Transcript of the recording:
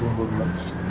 movement's